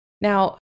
Now